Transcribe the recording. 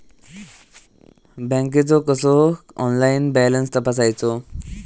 बँकेचो कसो online balance तपासायचो?